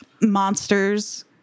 monsters